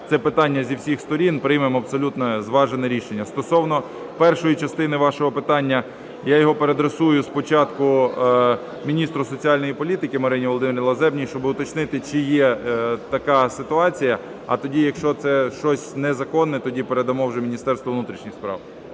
це питання зі всіх сторін і приймемо абсолютно зважене рішення. Стосовно першої частини вашого питання, я його переадресую спочатку міністру соціальної політики Марині Володимирівні Лазебній, щоби уточнити, чи є така ситуація. А тоді, якщо це щось незаконне, тоді передамо вже Міністерству внутрішніх справ.